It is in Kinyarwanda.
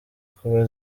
kuba